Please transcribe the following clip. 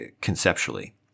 conceptually